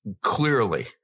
clearly